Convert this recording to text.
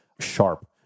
sharp